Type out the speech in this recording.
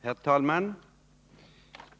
Herr talman!